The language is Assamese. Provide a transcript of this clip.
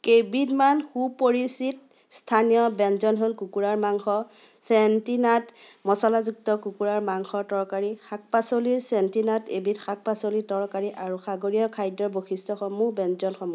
কেইবিধমান সুপৰিচিত স্থানীয় ব্যঞ্জন হ'ল কুকুৰাৰ মাংস চেন্টিনাড মছলাযুক্ত কুকুৰাৰ মাংসৰ তৰকাৰী শাক পাচলিৰ চেন্টিনাড এবিধ শাক পাচলিৰ তৰকাৰী আৰু সাগৰীয় খাদ্যৰ বৈশিষ্ট্যসমূহ ব্যঞ্জনসমূহ